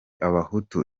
abahutu